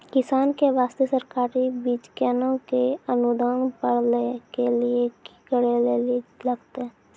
किसान के बास्ते सरकारी बीज केना कऽ अनुदान पर लै के लिए की करै लेली लागतै?